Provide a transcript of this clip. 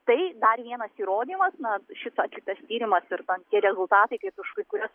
tai dar vienas įrodymas na šito atliktas tyrimas ir ten tie rezultatai kaip už kai kurias